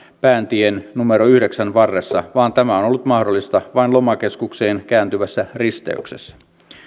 päätie numero yhdeksän varressa vaan tämä on ollut mahdollista vain lomakeskukseen kääntyvässä risteyksessä